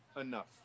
enough